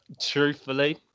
truthfully